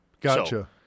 Gotcha